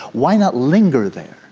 why not linger there